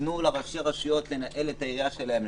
תנו לראשי הרשויות לנהל את העירייה שלהם,